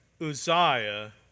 Uzziah